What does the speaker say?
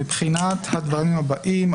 מבחינת הדברים הבאים,